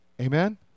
Amen